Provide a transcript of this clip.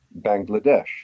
Bangladesh